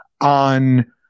on